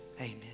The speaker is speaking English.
amen